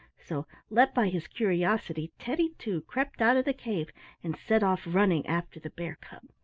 so, led by his curiosity, teddy, too, crept out of the cave and set off running after the bear cub.